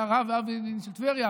הוא היה הרב של טבריה,